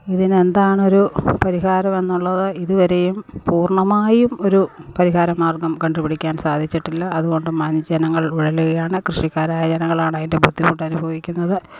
ഇതിന് എന്താണ് ഒരു പരിഹാരമെന്നുള്ളത് ഇതുവരെയും പൂർണമായും ഒരു പരിഹാരമാർഗം കണ്ടുപിടിക്കാൻ സാധിച്ചിട്ടില്ല അതുകൊണ്ട് മാന്യജനങ്ങൾ വലയുകയാണ് കൃഷിക്കാരായ ജനങ്ങളാണ് അതിൻ്റെ ബുദ്ധിമുട്ട് അനുഭവിക്കുന്നത്